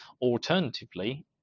alternatively